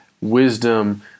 wisdom